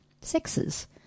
sexes